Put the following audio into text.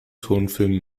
tonfilm